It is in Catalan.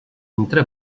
entre